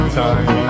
time